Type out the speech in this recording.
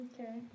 Okay